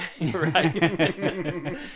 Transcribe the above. Right